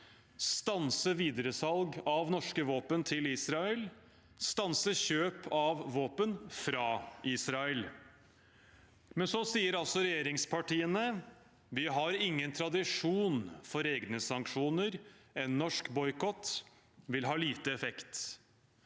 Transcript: stanse videresalg av norske våpen til Israel og å stanse kjøp av våpen fra Israel. Regjeringspartiene sier da: Vi har ingen tradisjon for egne sanksjoner, en norsk boikott vil ha liten effekt.